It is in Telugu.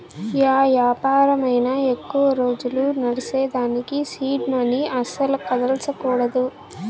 యా యాపారమైనా ఎక్కువ రోజులు నడ్సేదానికి సీడ్ మనీ అస్సల కదల్సకూడదు